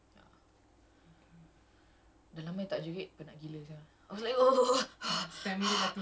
but itu pun they try to minimize like they try to do more solo dance sikit jer partner ada ya